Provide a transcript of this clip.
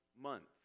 months